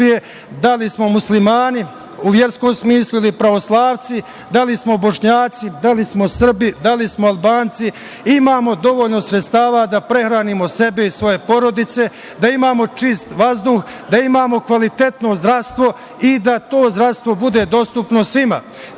da li smo Muslimani, u verskom smislu ili pravoslavci, da li smo Bošnjaci, da li smo Srbi, da li smo Albanci imamo dovoljno sredstava da prehranimo sebe i svoje porodice, da imamo čist vazduh, da imamo kvalitetno zdravstvo i da to zdravstvo bude dostupno svima. To